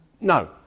No